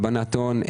הלבנות הון,